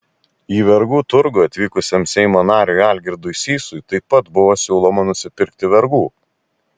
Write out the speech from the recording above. į vergų turgų atvykusiam seimo nariui algirdui sysui taip pat buvo siūloma nusipirkti vergų